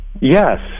Yes